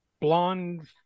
blonde